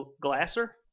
Glasser